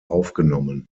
aufgenommen